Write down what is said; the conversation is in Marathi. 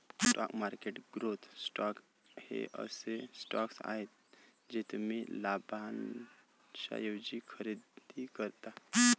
स्टॉक मार्केट ग्रोथ स्टॉक्स हे असे स्टॉक्स आहेत जे तुम्ही लाभांशाऐवजी खरेदी करता